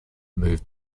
moved